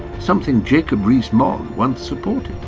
something jacob rees-mogg once supported.